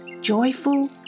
joyful